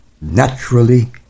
naturally